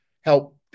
help